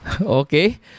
okay